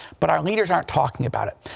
but our leaders aren't talking about it.